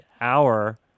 hour